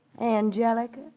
Angelica